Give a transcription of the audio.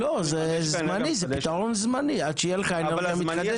המתחדשת --- זה פתרון זמני עד שיהיה לך אנרגיה מתחדשת.